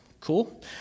Cool